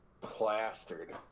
plastered